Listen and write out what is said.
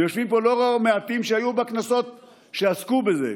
ויושבים פה לא מעטים שהיו בכנסות שעסקו בזה,